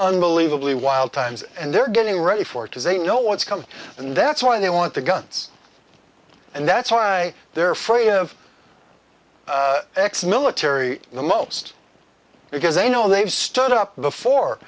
unbelievably wild times and they're getting ready for to they know what's coming and that's why they want the guns and that's why they're afraid of ex military in the most because they know they've stood up before